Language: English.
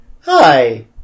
Hi